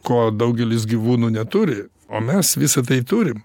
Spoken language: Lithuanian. ko daugelis gyvūnų neturi o mes visą tai turim